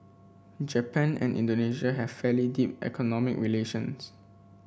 Japan and Indonesia have fairly deep economic relations